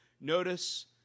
notice